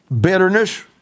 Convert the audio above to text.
bitterness